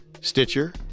Stitcher